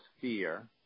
fear